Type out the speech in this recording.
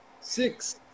Six